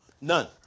None